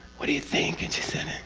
what do you think?